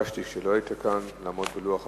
כשלא היית כאן ביקשתי לעמוד בלוח הזמנים.